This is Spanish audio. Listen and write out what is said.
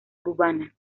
urbana